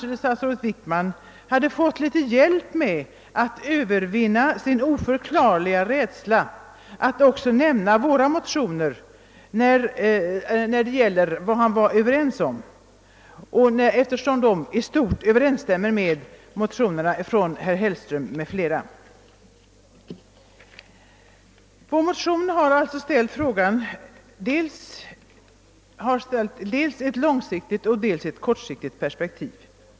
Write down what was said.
Om herr statsrådet hade läst det skrivna, så hade han kanske fått litet hjälp med att övervinna sin oförklarliga rädsla för att också nämna vår motion när det gällde det som han var överens med oss om. I vår motion har vi uppställt dels ett långsiktigt, dels ett kortsiktigt perspektiv.